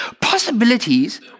Possibilities